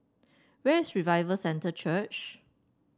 where is Revival Centre Church